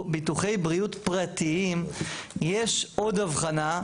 ביטוחי בריאות פרטיים יש עוד הבחנה,